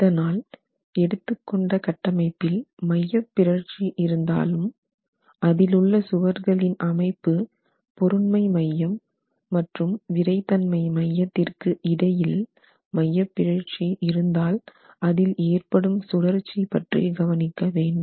இதனால் எடுத்துக்கொண்ட கட்டமைப்பில் மையப்பிறழ்ச்சி இருந்தாலும் அதிலுள்ள சுவர்களின் அமைப்பு பொருண்மை மையம் மற்றும் விறைத்தன்மை மையத்திற்கு இடையில் மையப்பிறழ்ச்சி இருந்தால் அதில் ஏற்படும் சுழற்சி பற்றி கவனிக்க வேண்டும்